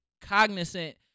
cognizant